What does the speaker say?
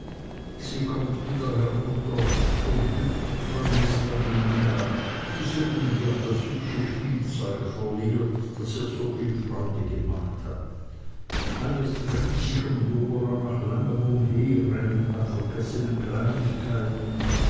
sie kommt wieder herunter umhüpft von miß lavinia die so ungern das hübsche spielzeug verliert das ihr so viel freude gemacht hat alles drängt sich um dora nach langem umherrennen nach vergessenen kleinigkeiten